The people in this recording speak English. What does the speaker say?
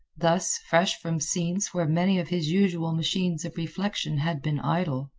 thus, fresh from scenes where many of his usual machines of reflection had been idle,